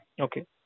Okay